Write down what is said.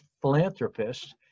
philanthropists